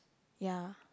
ya